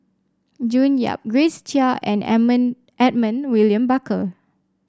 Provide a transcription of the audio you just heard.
June Yap Grace Chia and Edmund William Barker